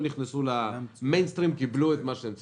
נכנסו למיינסטרים קיבלו את מה שהם צריכים?